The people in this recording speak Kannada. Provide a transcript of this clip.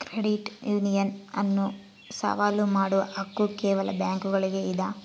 ಕ್ರೆಡಿಟ್ ಯೂನಿಯನ್ ಅನ್ನು ಸವಾಲು ಮಾಡುವ ಹಕ್ಕು ಕೇವಲ ಬ್ಯಾಂಕುಗುಳ್ಗೆ ಇದ